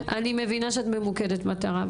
אני מבינה שאת ממוקדת מטרה,